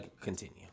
continue